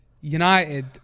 United